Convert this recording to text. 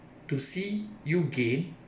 to see you gain